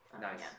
Nice